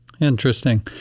Interesting